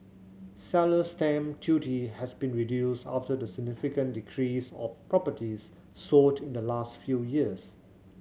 seller's stamp duty has been reduced after the significant decrease of properties sold in the last few years